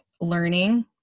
learning